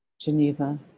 Geneva